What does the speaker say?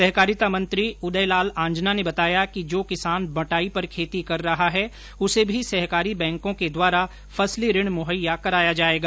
सहकारिता मंत्री श्री उदय लाल आंजना ने बताया कि जो किसान बंटाई पर खेती कर रहा है उसे भी सहकारी बैंकों के द्वारा फसली ऋण मुहैया कराया जायेगा